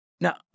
Now